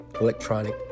electronic